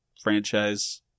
franchise